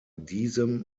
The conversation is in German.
diesem